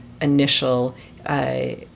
initial